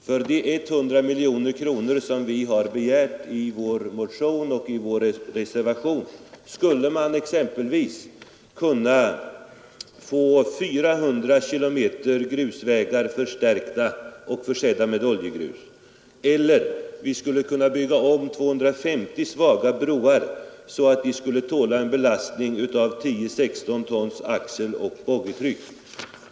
För de 100 miljoner kronor som vi begärt i vår motion och i vår reservation skulle man exempelvis kunna få 400 kilometer grusvägar förstärkta och försedda med oljegrus. Eller: vi skulle kunna bygga om 250 svaga broar så att dessa skulle tåla en belastning av 10/16 tons axeloch boggitryck.